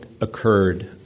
occurred